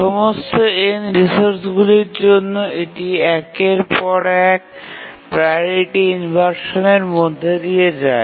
সমস্ত n রিসোর্সগুলির জন্য এটি একের পর এক প্রাওরিটি ইনভারশানের মধ্য দিয়ে যায়